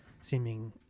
seeming